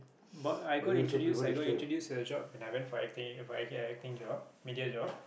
but I got introduce I got introduce a job when I went for acting If I a~ acting job media job